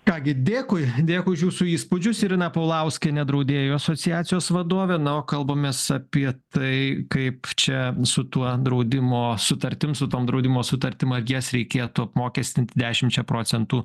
ką gi dėkuj dėkuj už jūsų įspūdžius irena paulauskienė draudėjų asociacijos vadovė na o kalbamės apie tai kaip čia su tuo draudimo ar jas reikėtų apmokestint dešimčia procentų